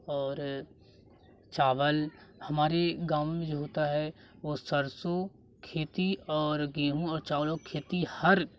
और चावल हमारे गाँव में जो होता है वो सरसों खेती और गेहूँ और चावलों कि खेती हर